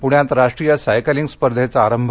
प्ण्यात राष्ट्रीय सायकलिंग स्पर्धेचा आरंभ